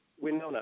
winona